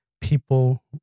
people